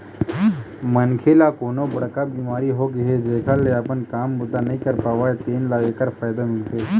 मनखे ल कोनो बड़का बिमारी होगे हे जेखर ले अपन काम बूता नइ कर पावय तेन ल एखर फायदा मिलथे